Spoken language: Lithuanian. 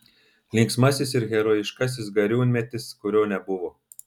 linksmasis ir herojiškasis gariūnmetis kurio nebuvo